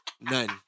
None